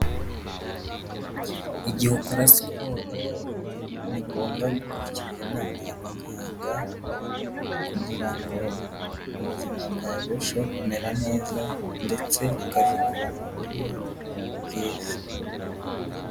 Igihe ukora siporo ni ngombwa gukurikiza inama ya muganga kugira ngo ubuzima bwawe burusheho kumera neza ndetse ukazikora mu buryo bwiza.